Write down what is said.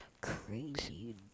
crazy